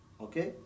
okay